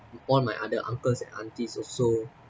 all my other uncles and aunties also